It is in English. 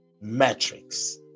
Metrics